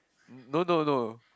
no no no